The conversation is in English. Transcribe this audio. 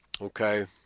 Okay